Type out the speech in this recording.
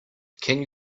can